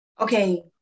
Okay